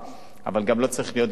אבל גם לא צריך להיות גיבור גדול,